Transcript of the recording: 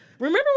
Remember